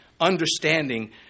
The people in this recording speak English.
understanding